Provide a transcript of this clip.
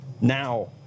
now